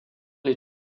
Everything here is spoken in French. les